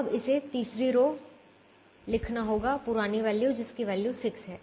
अब हमें तीसरी रो लिखना होगा पुरानी वैल्यू जिसकी वैल्यू 6 है